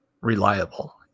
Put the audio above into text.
reliable